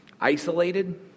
isolated